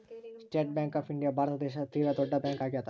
state Bank of India Bharat ದೇಶದ ತೀರ ದೊಡ್ಡ ಬ್ಯಾಂಕ್ ಆಗ್ಯಾದ